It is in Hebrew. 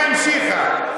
מה המשיכה?